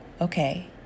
okay